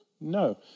no